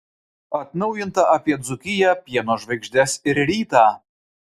atnaujinta apie dzūkiją pieno žvaigždes ir rytą